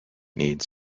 needs